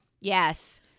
yes